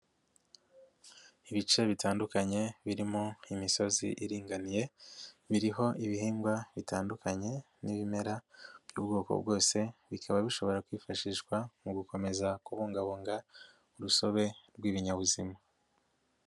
Ibice bitandukanye birimo imisozi iringaniye biriho ibihingwa bitandukanye n'ibimera by'ubwoko bwose bikaba bishobora kwifashishwa mu gukomeza kubungabunga urusobe rw'ibinyabuzima.